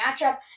matchup